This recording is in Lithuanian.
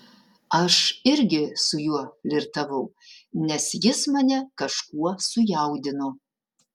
aš irgi su juo flirtavau nes jis mane kažkuo sujaudino